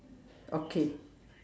okay